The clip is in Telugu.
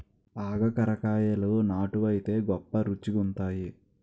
ఆగాకరకాయలు నాటు వైతే గొప్ప రుచిగుంతాయి